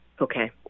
Okay